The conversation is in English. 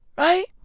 Right